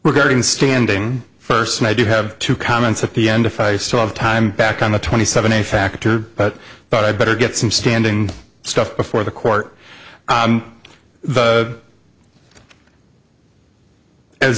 getting standing first and i do have two comments at the end if i saw the time back on the twenty seven a factor but i thought i'd better get some standing stuff before the court and the a